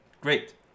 Great